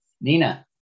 Nina